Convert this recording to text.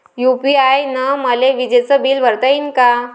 UPI न मले विजेचं बिल भरता यीन का?